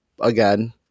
Again